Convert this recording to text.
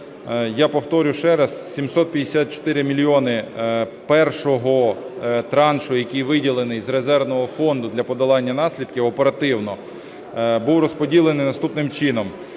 Я повторю ще раз, 754 мільйони першого траншу, який виділений з резервного фонду для подолання наслідків оперативно, був розподілений наступним чином: